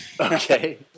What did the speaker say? Okay